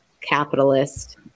capitalist